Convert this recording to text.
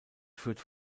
führt